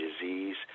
disease